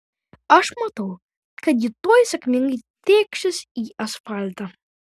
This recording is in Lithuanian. aš matau kad ji tuoj sėkmingai tėkšis į asfaltą